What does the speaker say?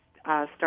start